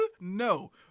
No